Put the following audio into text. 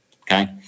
Okay